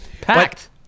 Packed